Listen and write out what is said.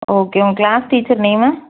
okay உங்கள் class teacher name